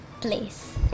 place